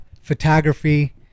photography